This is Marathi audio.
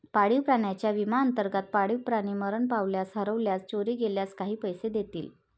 पाळीव प्राण्यांच्या विम्याअंतर्गत, पाळीव प्राणी मरण पावल्यास, हरवल्यास, चोरी गेल्यास काही पैसे देतील